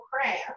craft